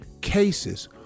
cases